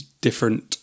different